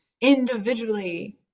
individually